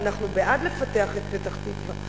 ואנחנו בעד לפתח את פתח-תקווה,